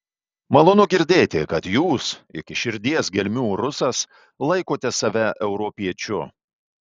malonu girdėti kad jūs iki širdies gelmių rusas laikote save europiečiu